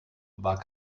war